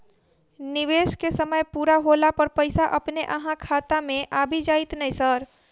निवेश केँ समय पूरा होला पर पैसा अपने अहाँ खाता मे आबि जाइत नै सर?